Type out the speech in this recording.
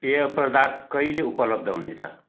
पेय प्रदार्थ कहिले उपलब्ध हुनेछ